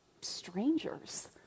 strangers